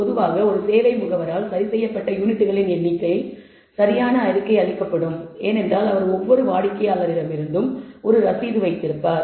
பொதுவாக ஒரு சேவை முகவரால் சரிசெய்யப்பட்ட யூனிட்களின் எண்ணிக்கை சரியாகப் அறிக்கை அளிக்கப்படும் ஏனென்றால் அவர் ஒவ்வொரு வாடிக்கையாளரிடமிருந்தும் ஒரு ரசீது வைத்திருப்பார்